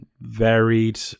varied